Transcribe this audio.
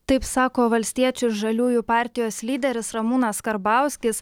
taip sako valstiečių ir žaliųjų partijos lyderis ramūnas karbauskis